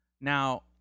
Now